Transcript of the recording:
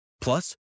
Plus